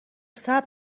صبر